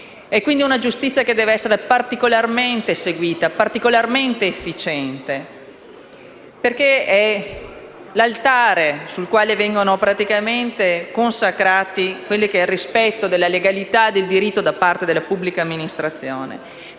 È quindi una giustizia che deve essere particolarmente seguita e particolarmente efficiente, perché è l'altare sul quale viene consacrato il rispetto della legalità e del diritto da parte della pubblica amministrazione.